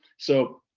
so